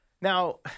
Now